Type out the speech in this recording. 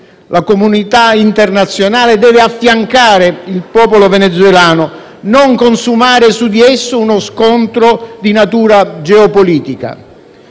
La comunità internazionale deve affiancare il popolo venezuelano, non consumare su di esso uno scontro di natura geopolitica.